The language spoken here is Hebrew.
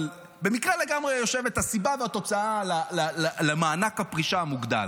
אבל במקרה לגמרי יושבת הסיבה והתוצאה למענק הפרישה המוגדל.